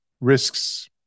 risks